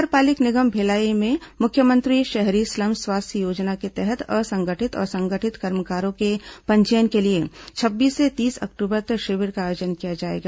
नगर पालिक निगम भिलाई में मुख्यमंत्री शहरी स्लम स्वास्थ्य योजना के तहत असंगठित और संगठित कर्मकारों के पंजीयन के लिए छब्बीस से तीस अक्टूबर तक शिविर का आयोजन किया जाएगा